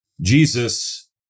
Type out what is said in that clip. Jesus